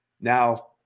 Now